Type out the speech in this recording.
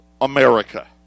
America